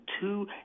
two